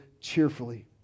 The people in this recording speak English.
cheerfully